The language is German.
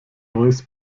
neues